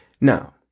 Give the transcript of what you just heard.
Now